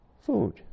food